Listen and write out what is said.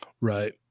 Right